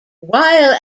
while